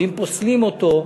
ואם פוסלים אותו,